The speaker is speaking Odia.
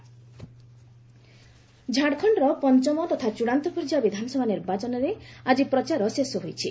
ଝାଡ଼ଖଣ୍ଡ କ୍ୟାମ୍ପନିଂ ଝାଡ଼ଖଣ୍ଡର ପଞ୍ଚମ ତଥା ଚୂଡ଼ାନ୍ତ ପର୍ଯ୍ୟାୟ ବିଧାନସଭା ନିର୍ବାଚନରେ ଆଳି ପ୍ରଚାର ଶେଷ ହୋଇଛି